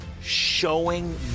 showing